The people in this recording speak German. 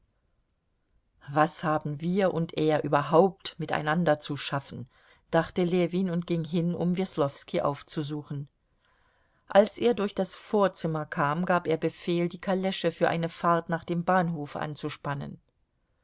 was haben wir und er überhaupt miteinander zu schaffen dachte ljewin und ging hin um weslowski aufzusuchen als er durch das vorzimmer kam gab er befehl die kalesche für eine fahrt nach dem bahnhof anzuspannen